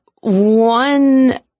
one